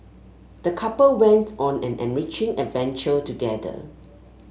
the couple went on an enriching adventure together